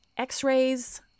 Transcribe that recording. X-rays